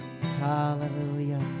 hallelujah